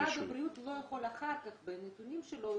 משרד הבריאות לא יכול - אחר כך בנתונים שלו הוא